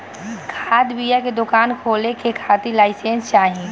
खाद बिया के दुकान खोले के खातिर लाइसेंस चाही